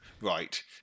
right